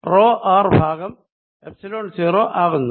ഇത് rho r by epsilon 0 ആകുന്നു